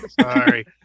Sorry